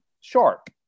sharp